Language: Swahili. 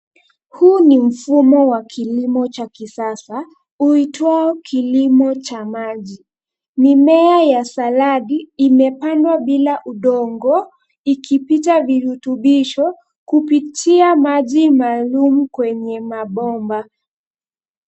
Huu ni mfumo wa kilimo cha kisasa uitwao kilimo cha maji. Mimea ya saladi imepandwa bila udongo ikipita virutubisho kupitia maji maalum kwenye mabomba.